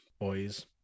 boys